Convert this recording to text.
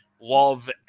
Love